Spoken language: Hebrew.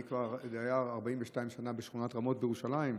אני כבר דייר 42 שנה בשכונת רמות בירושלים,